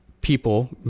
people